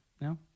No